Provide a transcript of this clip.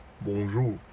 Bonjour